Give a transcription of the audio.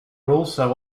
also